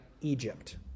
Egypt